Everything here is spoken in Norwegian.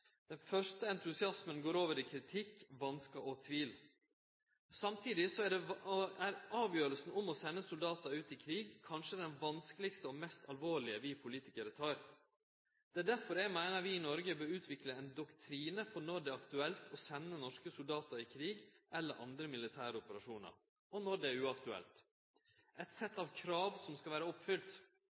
Den første entusiasmen går over i kritikk, vanskar og tvil. Samtidig er avgjerda om å sende soldatar ut i krig kanskje den vanskelegaste og mest alvorlege vi politikarar tek. Det er derfor eg meinar at vi i Noreg må utvikle ein doktrine for når det er aktuelt å sende norske soldatar ut i krig eller andre militære operasjonar, og når det er uaktuelt – eit sett av krav som skal vere